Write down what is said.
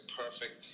perfect